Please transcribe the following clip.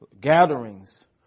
gatherings